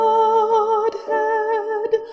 Godhead